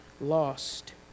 lost